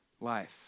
life